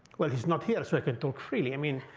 well, he's not here, so i can talk freely. i mean,